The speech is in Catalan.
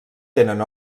tenen